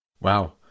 Wow